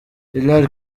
hillary